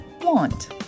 want